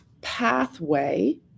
pathway